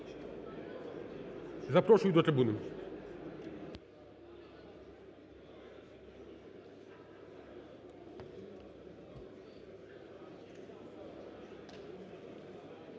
Запрошую до трибуни.